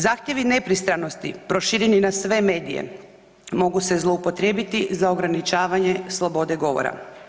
Zahtjevi nepristranosti proširen je na sve medije, mogu se zloupotrijebiti za ograničavanje slobode govora.